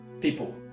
people